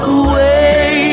away